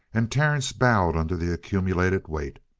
and terence bowed under the accumulated weight.